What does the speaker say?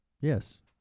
yes